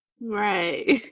Right